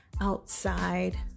outside